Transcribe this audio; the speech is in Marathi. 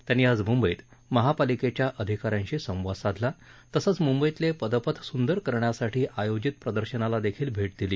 त्यांनी आज मुंबईत महापालिकेच्या अधिकाऱ्यांशी संवाद साधला तसंच मुंबईतले पदपथ सुंदर करण्यासाठी आयोजित प्रदर्शनाला देखील भेट दिली